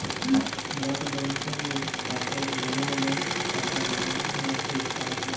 ডাক ব্যাংকিংয়ে এখল ম্যালা লক টাকা জ্যমায় আর সুদ পায়